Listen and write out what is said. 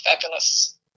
fabulous